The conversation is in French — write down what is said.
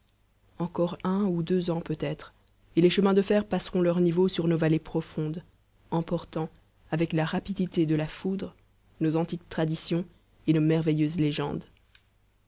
encore un ou deux ans peut-être et les chemins de fer passeront leur niveau sur nos vallées profondes emportant avec la rapidité de la foudre nos antiques traditions et nos merveilleuses légendes